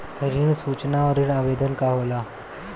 ऋण सूचना और ऋण आवेदन का होला?